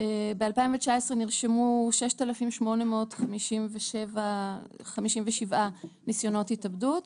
ב-2019 נרשמו 6,857 ניסיונות התאבדות,